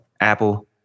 Apple